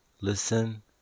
Listen